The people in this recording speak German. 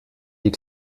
die